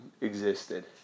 existed